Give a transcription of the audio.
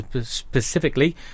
specifically